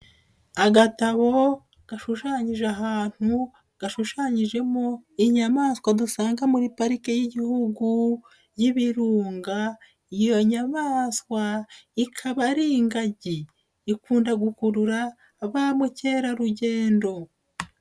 Agatabo gashushanyije ahantu gashushanyijemo inyamaswa dusanga muri pariki y'Igihugu y'ibirunga, iyo nyamaswa ikaba ari ingagi, ikunda gukurura ba mukerarugendo.